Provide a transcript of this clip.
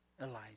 Elijah